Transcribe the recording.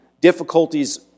difficulties